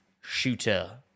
shooter